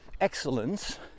excellence